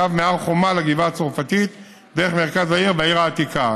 קו מהר חומה לגבעה הצרפתית דרך מרכז העיר והעיר העתיקה.